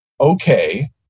okay